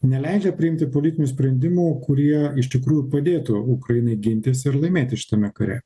neleidžia priimti politinių sprendimų kurie iš tikrųjų padėtų ukrainai gintis ir laimėti šitame kare